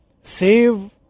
save